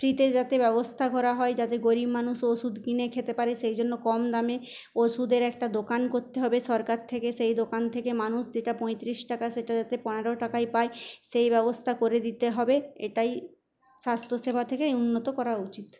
ফ্রিতে যাতে ব্যবস্থা করা হয় যাতে গরিব মানুষ ওষুধ কিনে খেতে পারে সেই জন্য কম দামে ওষুদের একটা দোকান করতে হবে সরকার থেকে সেই দোকান থেকে মানুষ যেটা পঁয়তিরিশ টাকা সেটা যাতে পনেরো টাকায় পায় সেই ব্যবস্থা করে দিতে হবে এটাই স্বাস্থ্যসেবা থেকে উন্নত করা উচিৎ